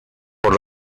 por